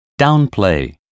downplay